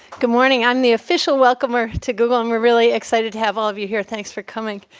good morning. i'm the official welcomer to google, and we're really excited to have all of you here, thanks for coming.